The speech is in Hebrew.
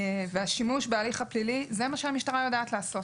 השימוש בהליך הפלילי זה מה שהמשטרה יודעת לעשות.